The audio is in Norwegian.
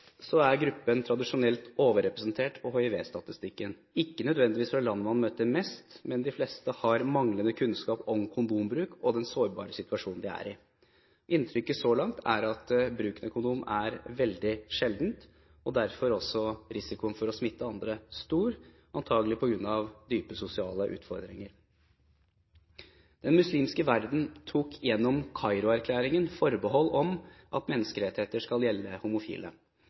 er gruppen tradisjonelt overrepresentert på hivstatistikken, ikke nødvendigvis fra landene man møter mest, men de fleste har manglende kunnskap om kondombruk og den sårbare situasjonen de er i. Inntrykket så langt er at bruken av kondom er veldig sjelden, og derfor er også risikoen for å smitte andre stor – antagelig på grunn av dype sosiale utfordringer. Den muslimske verden tok gjennom Kairo-erklæringen forbehold om at menneskerettighetene skal gjelde homofile.